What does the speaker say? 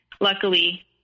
Luckily